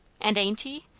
and ain't he?